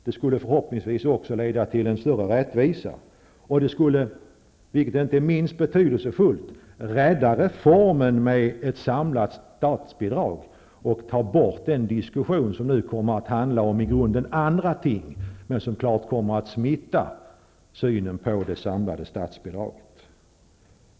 Det skulle förhoppningsvis också leda till en större rättvisa, och det skulle dessutom, vilket inte är minst betydelsefullt, rädda reformen med ett samlat statsbidrag och få slut på den diskussion som nu kommer att handla om i grunden andra ting men som klart kommer att smitta synen på det samlade statsbidraget.